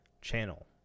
Channel